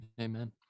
amen